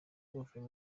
bavuye